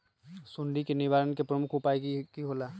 सुडी के निवारण के प्रमुख उपाय कि होइला?